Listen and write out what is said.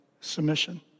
Submission